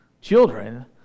children